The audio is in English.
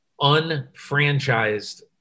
unfranchised